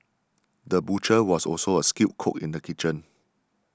the butcher was also a skilled cook in the kitchen